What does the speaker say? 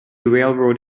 railroad